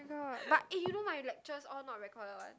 ya oh-my-god but eh you know my lectures all not recorded one